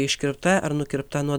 iškirpta ar nukirpta nuo